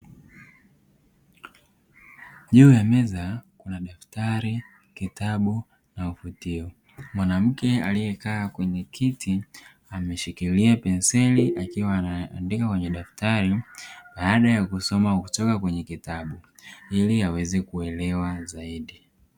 Juu ya meza kuna daftari, kitabu na kifutio. Mwanamke aliyekaa kwenye kiti ameshikilia penseli akiwa anaandika kwenye daftari baada ya kusoma kutoka kwenye kitabu ili aweze kuelewa zaidi.